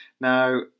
Now